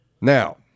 Now